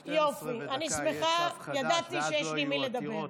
יופי, אני שמחה, ידעתי שיש לי עם מי לדבר.